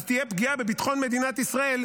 אז תהיה פגיעה בביטחון מדינת ישראל,